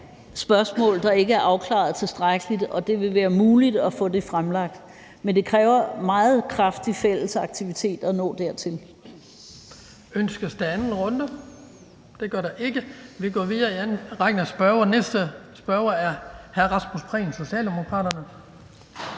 spørgsmål, der ikke er afklaret tilstrækkeligt, og at det vil være muligt at få det fremlagt. Men det kræver meget kraftig fælles aktivitet at nå dertil.